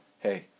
Hey